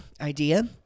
idea